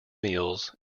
meals